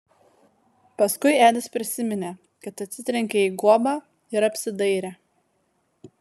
paskui edis prisiminė kad atsitrenkė į guobą ir apsidairė